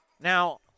Now